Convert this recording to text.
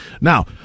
Now